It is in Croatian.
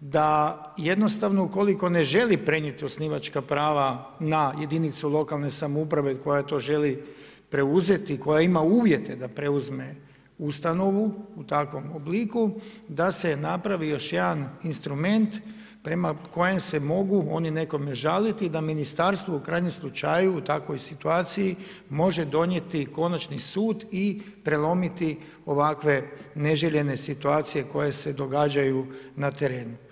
da jednostavno ukoliko ne želi prenijeti osnivačka prava na jedinicu lokalne samouprave koja to želi preuzeti, koja ima uvjete da preuzme ustanovu u takvom obliku da se napravi još jedan instrument prema kojem se mogu oni nekome žaliti da ministarstvo u krajnjem slučaju u takvoj situaciji može donijeti konačni sud i prelomiti ovakve neželjene situacije koje se događaju na terenu.